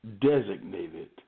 designated